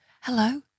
Hello